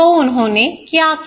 तो उन्होंने क्या किया